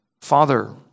father